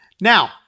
Now